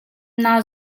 naa